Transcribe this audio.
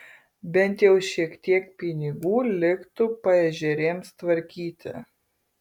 bent jau šiek tiek pinigų liktų paežerėms tvarkyti